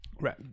right